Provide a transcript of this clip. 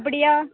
அப்படியா